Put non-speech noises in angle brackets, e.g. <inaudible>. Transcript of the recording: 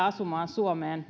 <unintelligible> asumaan suomeen